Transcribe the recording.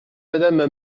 madame